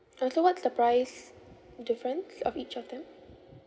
orh so what's the price difference of each of them